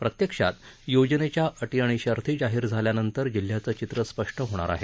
प्रत्यक्षात योजनेच्या अटी आणि शर्ती जाहीर झाल्यानंतर जिल्ह्याचं चित्र स्पष्ट होणार आहे